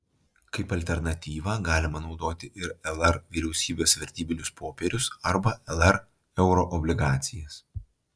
kaip alternatyvą galima naudoti ir lr vyriausybės vertybinius popierius arba lr euroobligacijas